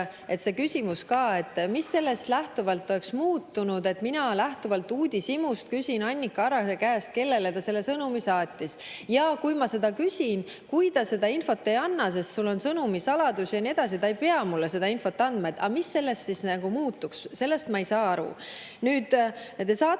et see küsimus ka – mis sellest oleks muutunud, kui mina lähtuvalt uudishimust küsin Annika Arrase käest, kellele ta selle sõnumi saatis? Kui ma seda küsin, kui ta seda infot ei anna, sest on sõnumisaladus ja nii edasi, ta ei pea mulle seda infot andma, siis mis sellest muutuks? Sellest ma ei saa aru. Ja te saate